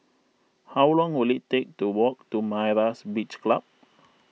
how long will it take to walk to Myra's Beach Club